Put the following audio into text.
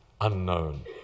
unknown